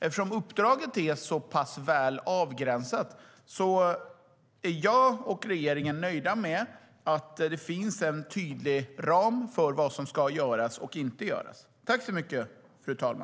Eftersom uppdraget är så pass väl avgränsat är jag och regeringen nöjda med att det finns en tydlig ram för vad som ska och inte ska göras.